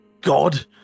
god